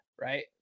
right